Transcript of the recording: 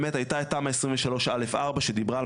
באמת הייתה את תמ"א 23/א/4 שדיברה על